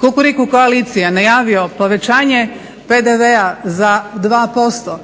Kukuriku koalicije najavio povećanje PDV-a za 2%